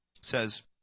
says